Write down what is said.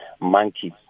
monkeys